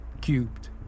cubed